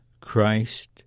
Christ